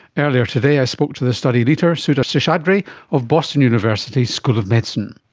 earlier today i spoke to the study leader sudha seshadri of boston university's school of medicine.